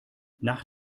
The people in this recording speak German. nach